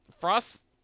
Frost